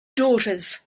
daughters